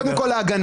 קודם כול להגנה.